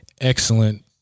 excellent